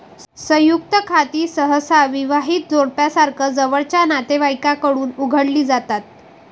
संयुक्त खाती सहसा विवाहित जोडप्यासारख्या जवळच्या नातेवाईकांकडून उघडली जातात